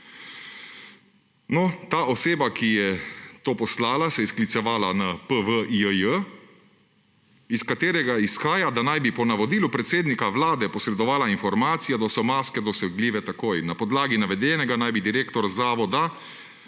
ta oseba, ki je to poslala, se je sklicevala na P.V. J.J., iz katerega izhaja, da naj bi po navodilu predsednika Vlade posredovala informacije, da so maske dosegljive takoj. Na podlagi navedenega naj bi direktor Zavoda